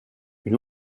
une